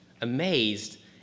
amazed